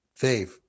fave